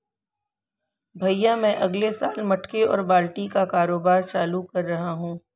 भैया मैं अगले साल मटके और बाल्टी का कारोबार चालू कर रहा हूं